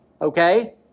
okay